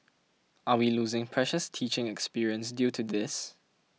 are we losing precious teaching experience due to this